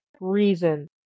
reason